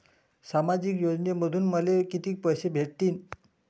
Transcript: सामाजिक योजनेमंधून मले कितीक पैसे भेटतीनं?